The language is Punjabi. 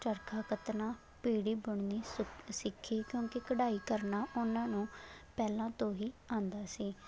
ਚਰਖਾ ਕੱਤਣਾ ਪੀੜ੍ਹੀ ਬੁਣਨੀ ਸ ਸਿੱਖੀ ਕਿਉਂਕਿ ਕਢਾਈ ਕਰਨਾ ਉਹਨਾਂ ਨੂੰ ਪਹਿਲਾਂ ਤੋਂ ਹੀ ਆਉਂਦਾ ਸੀ